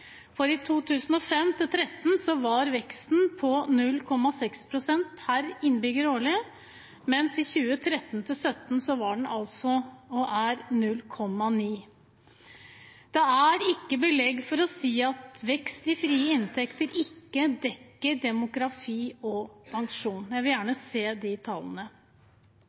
det. Fra 2005 til 2013 var den årlige veksten på 0,6 pst. per innbygger, mens den fra 2013 til 2017 var og er på 0,9 pst. Det er ikke belegg for å si at vekst i frie inntekter ikke dekker demografi og pensjon. Jeg vil gjerne se de tallene.